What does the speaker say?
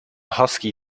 husky